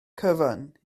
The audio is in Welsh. cyfan